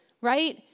right